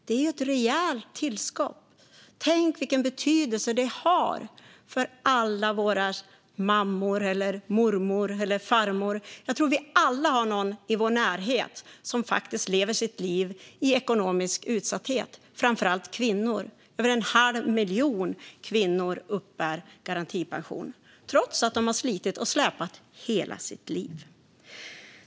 Det är ett rejält tillskott. Tänk vilken betydelse det har för alla våra mammor, mormödrar eller farmödrar! Jag tror att vi alla har någon i vår närhet som faktiskt lever sitt liv i ekonomisk utsatthet. Det är framför allt kvinnor. Över en halv miljon kvinnor uppbär garantipension, trots att de har slitit och släpat i hela sitt liv.